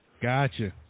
Gotcha